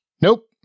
Nope